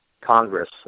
Congress